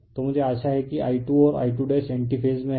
तो मुझे आशा है कि I2 और I2 एंटी फेज में हैं